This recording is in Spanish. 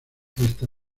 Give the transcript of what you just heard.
esta